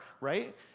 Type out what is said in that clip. right